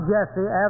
Jesse